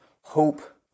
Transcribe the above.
hope